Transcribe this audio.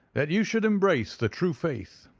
that you should embrace the true faith,